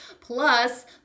plus